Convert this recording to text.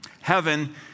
Heaven